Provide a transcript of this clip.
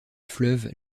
fleuve